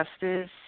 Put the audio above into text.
justice